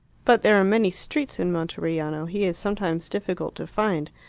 but there are many streets in monteriano he is sometimes difficult to find.